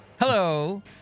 hello